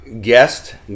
guest